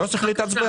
לא צריך להתעצבן.